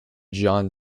john